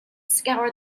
scour